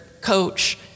coach